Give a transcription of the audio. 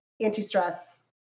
anti-stress